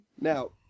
Now